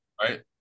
right